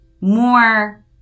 more